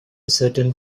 certain